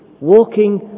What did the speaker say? walking